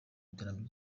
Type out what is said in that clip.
iterambere